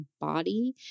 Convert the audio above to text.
body